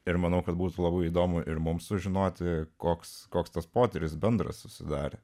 ir manau kad bus labai įdomu ir mums sužinoti koks koks tas potyris bendras susidarė